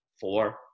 four